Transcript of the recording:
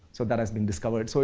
so, that has been discovered. so,